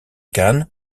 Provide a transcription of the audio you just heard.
khan